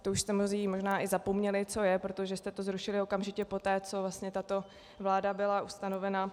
To už jste mnozí možná i zapomněli, co je, protože jste to zrušili okamžitě poté, co vlastně tato vláda byla ustanovena.